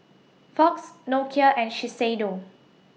Fox Nokia and Shiseido